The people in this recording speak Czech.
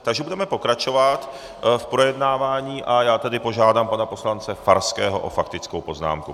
Takže budeme pokračovat v projednávání a já požádám pana poslance Farského o faktickou poznámku.